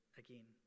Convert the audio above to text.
again